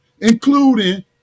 including